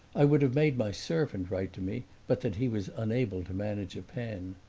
i would have made my servant write to me but that he was unable to manage a pen.